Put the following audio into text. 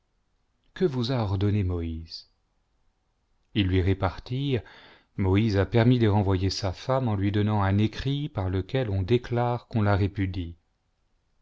que vous a ordonné moïse ils lui repartirent moïse a permis de renvoyer sa femme en lui donnant un écrit par lequel on déclare qu'on la répudie